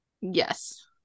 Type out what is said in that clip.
yes